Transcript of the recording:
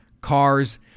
cars